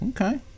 okay